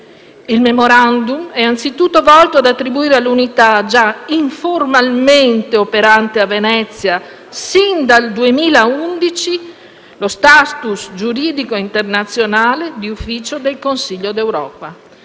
Il Memorandum è anzitutto volto ad attribuire all'unità, già informalmente operante a Venezia sin dal 2011, lo *status* giuridico internazionale di Ufficio del Consiglio d'Europa,